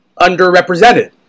underrepresented